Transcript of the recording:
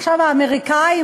עכשיו האמריקנים,